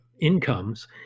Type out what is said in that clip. incomes